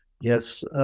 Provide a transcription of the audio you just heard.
Yes